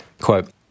quote